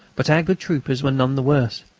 but our good troopers were none the worse.